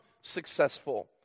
successful